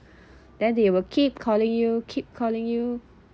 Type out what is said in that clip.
then they will keep calling you keep calling you